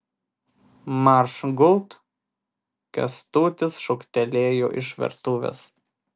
marš gult kęstutis šūktelėjo iš virtuvės